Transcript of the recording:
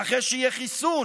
ואחרי שיהיה חיסון,